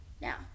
Now